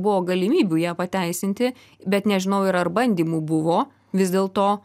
buvo galimybių ją pateisinti bet nežinau ir ar bandymų buvo vis dėlto